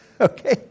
Okay